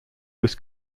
was